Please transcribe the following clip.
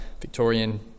Victorian